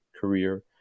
career